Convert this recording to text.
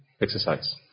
exercise